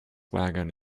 wagon